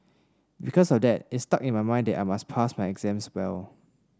because of that it stuck in my mind that I must pass my exams well